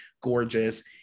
gorgeous